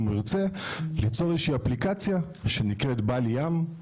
אם הוא ירצה ליצור איזושהי אפליקציה שנקראת "בא לי ים".